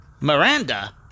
Miranda